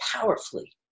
powerfully